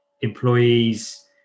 employees